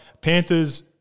Panthers